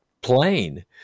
plain